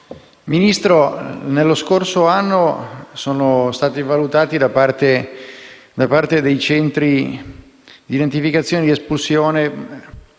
Ministro, nello scorso anno sono state valutate, da parte dei centri di identificazione e di espulsione,